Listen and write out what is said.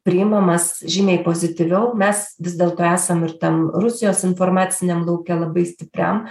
priimamas žymiai pozityviau mes vis dėlto esam ir tam rusijos informaciniam lauke labai stipriam